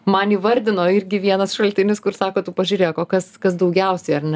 man įvardino irgi vienas šaltinis kur sako tu pažiūrėk o kas kas daugiausia ar ne